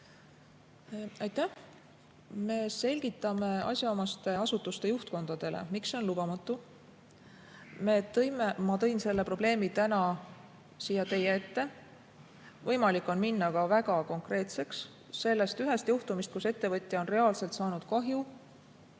Aitäh! Me selgitame asjaomaste asutuste juhtkondadele, miks see on lubamatu. Ma tõin selle probleemi täna siia teie ette. Võimalik on minna ka väga konkreetseks selle ühe juhtumi toel, kus ettevõtja on reaalselt saanud kahju.